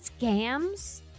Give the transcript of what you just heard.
Scams